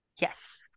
Yes